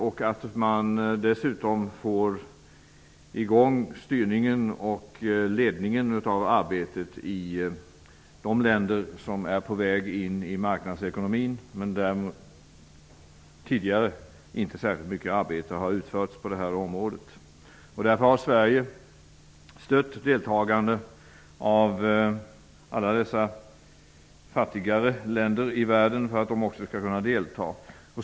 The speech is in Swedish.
Vi måste dessutom få i gång styrningen och ledningen av arbetet i de länder som är på väg in i marknadsekonomin och där inte särskilt mycket arbete på det här området har utförts tidigare. Därför har Sverige stött deltagandet från alla de fattigare länderna i världen för att de också skall kunna delta.